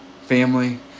family